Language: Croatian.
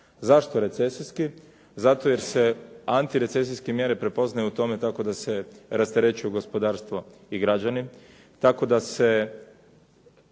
Zašto recesijski? Zato jer se antirecesijske mjere prepoznaju u tome tako da rasterećuju gospodarstvo i građane, tako da se